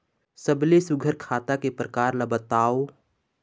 सबले सुघ्घर खाता के प्रकार ला बताव?